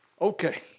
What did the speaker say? Okay